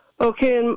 Okay